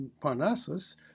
Parnassus